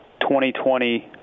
2020